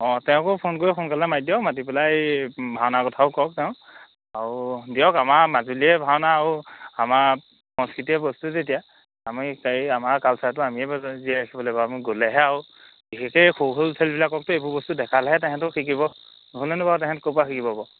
অঁ তেওঁকো ফোন কৰি সোনকালে মাতি দিয়ক মাতি পেলাই এই ভাওনাৰ কথা কওক তেওঁক আৰু দিয়ক আমাৰ মাজুলীৰে ভাওনা আৰু আমাৰ সংস্কৃতিৰে বস্তু যেতিয়া আমি আমাৰ কালচাৰটো জীয়াই ৰাখিব লাগিব আমি গ'লেহে আৰু বিশেষকৈ এই সৰু সৰু ল'ৰা ছোৱালীবিলাককতো এইবোৰ বস্তু দেখালেহে তেহেঁতো শিকিব নহ'লেনো বাৰু সিহঁতে ক'ৰপৰা শিকিব বাৰু